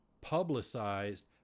Publicized